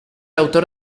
autor